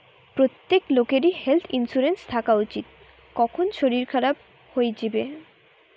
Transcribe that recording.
প্রত্যেক লোকেরই health insurance থাকা উচিত, কখন শরীর খারাপ হই যিবে